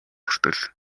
хүртэл